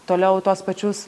toliau tuos pačius